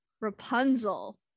Rapunzel